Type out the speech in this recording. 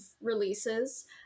releases